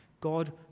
God